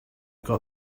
got